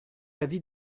l’avis